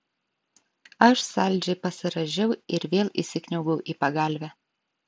aš saldžiai pasirąžiau ir vėl įsikniaubiau į pagalvę